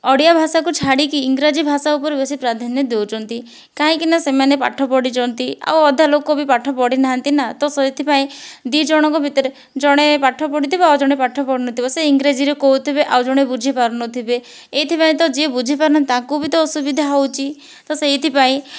ଓଡ଼ିଆ ଭାଷାକୁ ଛାଡ଼ିକି ଇଂରାଜୀ ଭାଷା ଉପରେ ବେଶି ପ୍ରାଧାନ୍ୟ ଦେଉଛନ୍ତି କାହିଁକିନା ସେମାନେ ପାଠ ପଢ଼ିଛନ୍ତି ଆଉ ଅଧା ଲୋକବି ପାଠ ପାଢ଼ିନାହାନ୍ତି ନା ତ ସେଥିପାଇଁ ଦୁଇଜଣଙ୍କ ଭିତରେ ଜଣେ ପାଠ ପଢ଼ିଥିବ ଆଉ ଜଣେ ପାଠ ପଢ଼ିନଥିବ ସେ ଇଂରାଜୀରେ କହୁଥିବେ ଆଉ ଜଣେ ବୁଝି ପାରୁନଥିବେ ଏଇଥିପାଇଁ ତ ଯିଏ ବୁଝିପାରୁନାହାନ୍ତି ତାଙ୍କୁ ବି ତ ଅସୁବିଧା ହେଉଛି ତ ସେଇଥିପାଇଁ